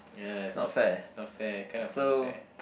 ya it's not it's not fair kind of unfair